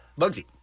bugsy